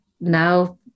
now